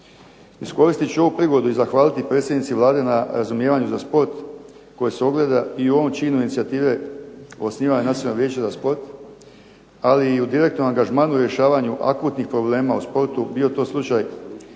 Iskoristit ću ovu prigodu i zahvaliti predsjednici Vlade na razumijevanju za sport koji se ogleda i u ovom činu inicijative osnivanja nacionalnog vijeća za sport, ali i u direktnom angažmanu i rješavanju akutnih problema u sportu, bio to slučaj